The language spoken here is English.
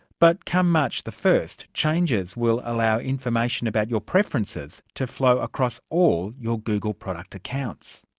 but come march the first, changes will allow information about your preferences to flow across all your google product accounts.